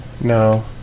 no